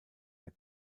der